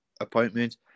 appointment